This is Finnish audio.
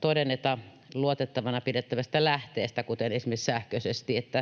todenneta luotettavana pidettävästä lähteestä, kuten esimerkiksi sähköisesti —